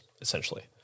essentially